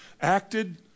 acted